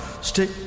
stick